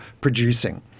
producing